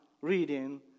reading